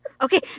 Okay